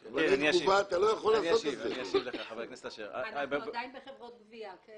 אנחנו עדיין בחברות גבייה, כן?